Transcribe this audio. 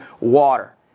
water